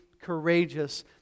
courageous